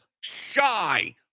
shy